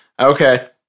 Okay